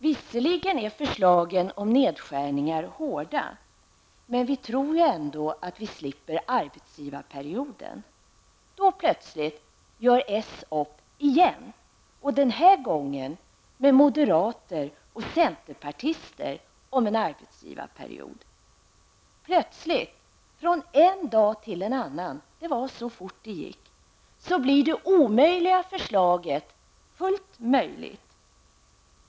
Visserligen är förslagen om nedskärningar hårda, men vi tror att vi slipper arbetsgivarperioden. Då gör plötsligt socialdemokraterna upp igen, den här gången med moderater och centerpartister, om en arbetsgivarperiod. Plötsligt från en dag till en annan, det var så fort det gick, blir det omöjliga förslaget fullt möjligt.